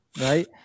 right